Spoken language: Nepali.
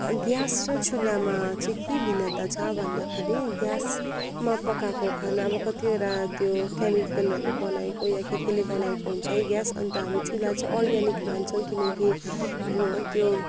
ग्यास र चुलामा चाहिँ के भिन्नता छ भन्दाखेरि ग्यासमा पकाएको खाना अब कतिवटा त्यो केमिकलहरूले बनाएको या के के ले बनाएको हुन्छ है ग्यास अन्त हामी चुला चाहिँ अर्ग्यानिक मान्छौँ किनकि त्यो